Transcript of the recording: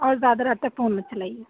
اور زیادہ رات تک فون مت چلائیے